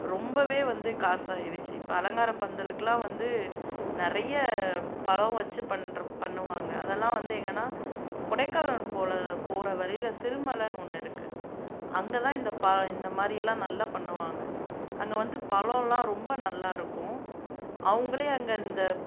ரொம்பவே வந்து காசாயிருச்சு இப்போ அலங்கார பந்தலுக்கெலாம் வந்து நிறைய பழம் வச்சு பண்ணுற பண்ணுவாங்கள் அதெலாம் வந்து எங்கன்னா கொடைக்கானல் போல போற வழியில் சிறு மலைன்னு ஒன்று இருக்குது அங்கதான் இந்த ப இந்த மாதிரியெல்லாம் நல்லா பண்ணுவாங்கள் அங்கே வந்து பழம்லாம் ரொம்ப நல்லா இருக்கும் அவங்களே அங்கே அந்த